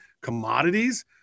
commodities